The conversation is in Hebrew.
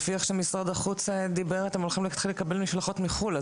לפי איך שמשרד החוץ דיבר אתם הולכים להתחיל לקבל משלחות מחו"ל,